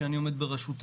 שאני עומד בראשותה,